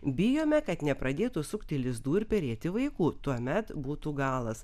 bijome kad nepradėtų sukti lizdų ir perėti vaikų tuomet būtų galas